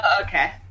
okay